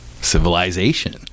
civilization